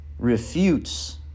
refutes